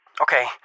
Okay